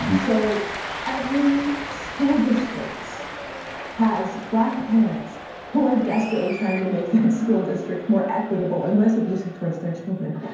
so every school district has black parents who are desperately trying to make that school district more equitable and less abusive towards their children.